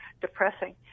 depressing